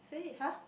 !huh!